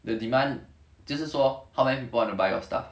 the demand 就是说 however bordered by your stuff